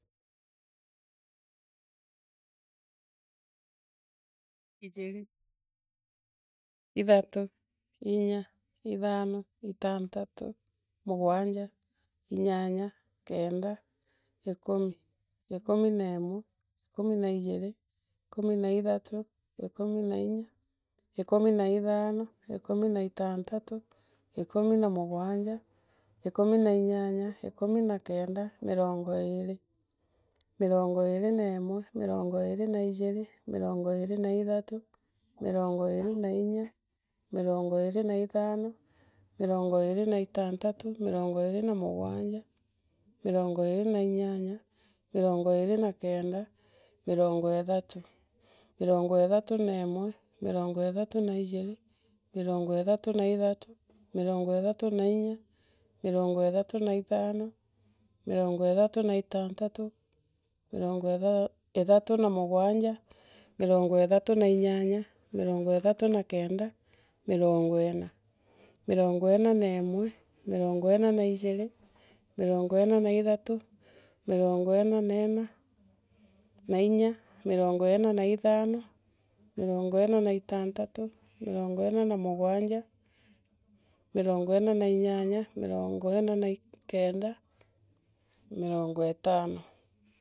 ciro imwe, ijiri, ithatu, inya, ithano, itantatu, mugwanja, inyanya, kenda, ikumi, ikumi na imwe, ikumi na ijiri kumi na ithatu, ikumi na inya, ikumi na ithano, ikumi na itantantu, ikumi na mugwanja, ikumi na inyanya ikumi na kenda, mirongo iiri, mirongo iiri na imwe, mirongo iiri na iyiri, mirongo iiri na ithatu, mirango iiri na inya, mirango iiri na ithano, mirango iiri na itantu, mirongo iiri na mugwanja, mirango iiri na inyanya, mirango iiri na kenda, mirango ithatu mirango ihatu na imwe, mirango ithatu na injiri, mirango ithatu na ithatu, mirango thatu na inyasi mirangi ithatu na ithano mirongo ithatu na itantantu, mirongo ithatu na mugwanja, mirango ithatu na inyanya mironmgo ithatu na kenda, mirango ina, mirango ina na imwe, mirango ina na ijiri, mirongo ina na ithatu, mirango ina na ina, na inya mirongo ina na ithano, mirongo ina na itantaru, mirango ma na magwanja, mirango ina na inyanya mirango iria na kenda, mirongo itano.